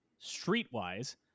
Streetwise